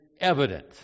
evident